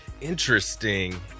Interesting